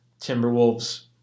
Timberwolves